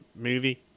movie